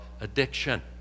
addiction